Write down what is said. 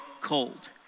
cold